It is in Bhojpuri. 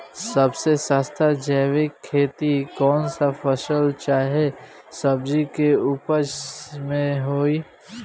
सबसे सस्ता जैविक खेती कौन सा फसल चाहे सब्जी के उपज मे होई?